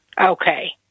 Okay